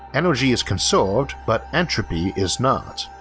energy is conserved but entropy is not.